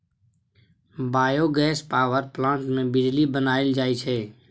biogas power plant मे बिजली बनाएल जाई छै